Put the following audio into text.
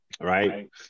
right